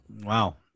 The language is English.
Wow